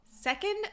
Second